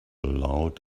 loud